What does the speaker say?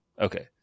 Okay